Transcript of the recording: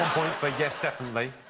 point for yes, definitely,